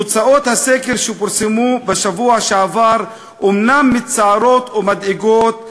תוצאות הסקר שפורסמו בשבוע שעבר אומנם מצערות ומדאיגות,